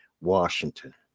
Washington